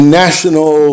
national